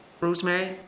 Rosemary